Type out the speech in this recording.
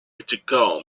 mythical